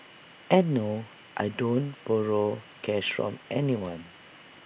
and no I don't borrow cash from anyone